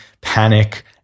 panic